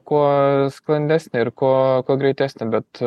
kuo sklandesnė ir kuo kuo greitesnė bet